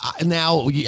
now